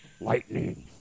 Lightning